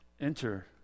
Enter